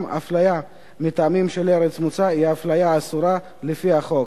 אפליה מטעמים של ארץ מוצא היא אפליה אסורה לפי החוק.